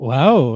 Wow